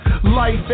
Life